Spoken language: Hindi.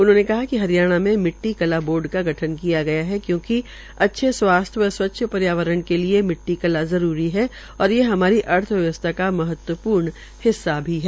उन्होंने कहा कि हरियाणा में का बोर्ड का गठन किया गया है क्यूकि अच्छे स्वास्थ्य व स्वच्छ पर्यावरण के लिए मिट्टी कला जरूरी है और ये हमारी अर्थव्यवस्था का महत्वपूर्ण हिस्सा भी है